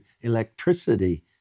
electricity